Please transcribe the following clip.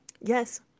Yes